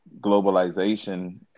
globalization